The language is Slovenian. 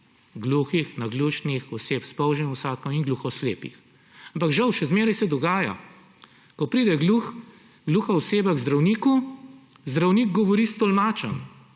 gluhih, naglušnih oseb s polžjim vsadkom in gluhoslepih. Ampak, žal, še zmeraj se dogaja. Ko pride gluha oseba k zdravniku, zdravnik govori s tolmačem